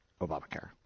Obamacare